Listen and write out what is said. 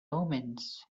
omens